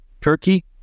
Turkey